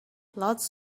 lots